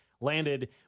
Landed